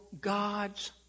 God's